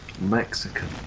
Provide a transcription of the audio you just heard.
Mexican